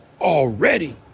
Already